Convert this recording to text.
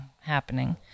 happening